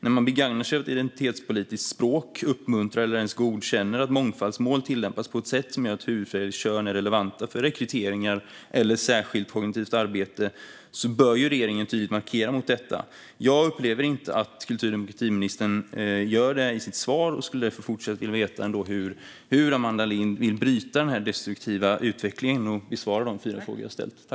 När man begagnar sig av ett identitetspolitiskt språk, uppmuntrar eller ens godkänner att mångfaldsmål tillämpas på ett sätt som gör att hudfärg eller kön är relevant vid rekryteringar eller särskilt kognitivt arbete bör regeringen tydligt markera mot detta. Jag upplever inte att kultur och demokratiministern gör det i sitt svar och skulle därför fortfarande vilja veta hur Amanda Lind vill bryta den här destruktiva utvecklingen och om hon kan besvara de fyra frågor jag ställt.